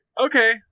okay